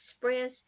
express